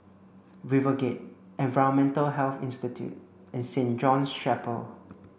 RiverGate Environmental Health Institute and Saint John's Chapel